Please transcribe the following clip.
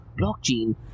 blockchain